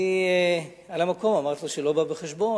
אני על המקום אמרתי שלא בא בחשבון.